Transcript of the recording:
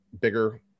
bigger